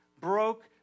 broke